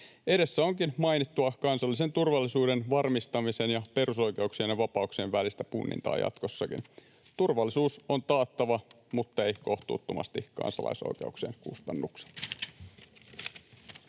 Edessä onkin mainittua kansallisen turvallisuuden varmistamisen ja perusoikeuksien ja vapauksien välistä punnintaa jatkossakin. Turvallisuus on taattava, mutta ei kohtuuttomasti kansalaisoikeuksien kustannuksilla.